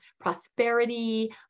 prosperity